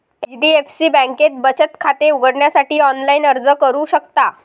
HDFC बँकेत बचत खाते उघडण्यासाठी ऑनलाइन अर्ज करू शकता